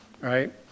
right